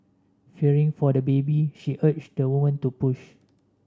fearing for the baby she urged the woman to push